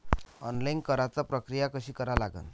Online कराच प्रक्रिया कशी करा लागन?